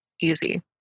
easy